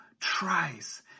tries